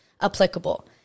applicable